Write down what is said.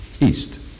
east